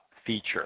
feature